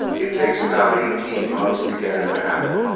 it takes about eighteen months to get in the habit.